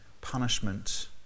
punishment